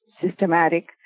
systematic